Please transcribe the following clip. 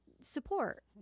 support